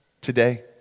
today